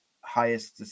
highest